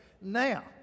Now